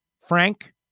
Frank